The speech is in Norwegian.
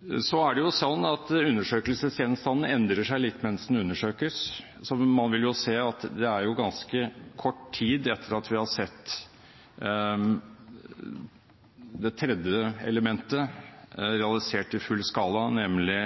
Det er sånn at undersøkelsesgjenstanden endrer seg litt mens den undersøkes, så man vil jo se det ganske kort tid etter at man har sett det tredje elementet realisert i full skala, nemlig